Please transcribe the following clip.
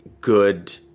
good